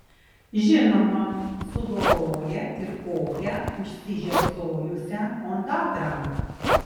žinoma sudoroja ir kokią užsižiopsojusią ondatrą